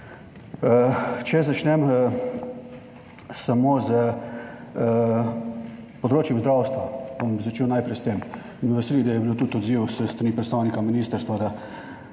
Če začnem samo s področjem zdravstva, bom začel najprej s tem in me veseli, da je bil tudi odziv s strani predstavnika ministrstva